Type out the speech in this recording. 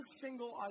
single